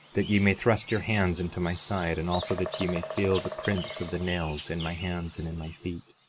that ye may thrust your hands into my side, and also that ye may feel the prints of the nails in my hands and in my feet,